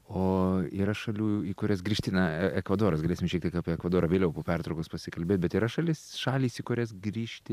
o yra šalių į kurias grįžti na ekvadoras galėsim šiek tiek apie ekvadorą vėliau po pertraukos pasikalbėt bet yra šalis šalys į kurias grįžti